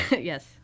Yes